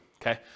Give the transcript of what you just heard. Okay